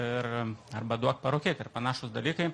ir arba duok parūkyt ir panašūs dalykai